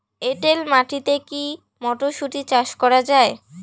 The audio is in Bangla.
এটেল মাটিতে কী মটরশুটি চাষ করা য়ায়?